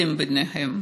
אתם ביניהם.